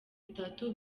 itatu